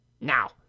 Now